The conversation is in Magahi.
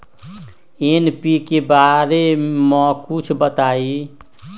एन.पी.के बारे म कुछ बताई?